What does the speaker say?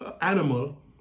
animal